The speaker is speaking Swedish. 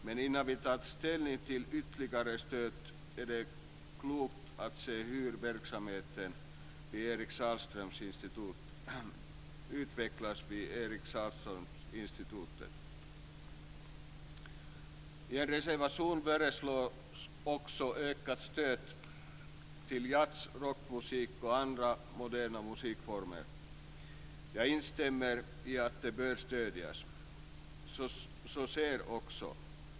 Men innan vi tar ställning till ytterligare stöd är det klokt att se hur verksamheten utvecklas vid I en reservation föreslås ökat stöd till jazz, rockmusik och andra moderna musikformer. Jag instämmer i att de bör stödjas. Så sker också.